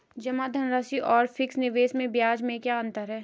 जमा धनराशि और फिक्स निवेश में ब्याज का क्या अंतर है?